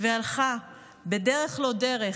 והלכה בדרך-לא-דרך,